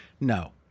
No